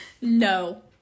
No